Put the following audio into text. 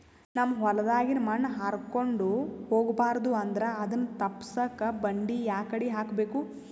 ನಮ್ ಹೊಲದಾಗಿನ ಮಣ್ ಹಾರ್ಕೊಂಡು ಹೋಗಬಾರದು ಅಂದ್ರ ಅದನ್ನ ತಪ್ಪುಸಕ್ಕ ಬಂಡಿ ಯಾಕಡಿ ಹಾಕಬೇಕು?